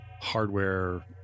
hardware